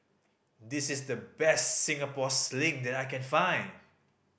this is the best Singapore Sling that I can find